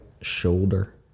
shoulder